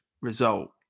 result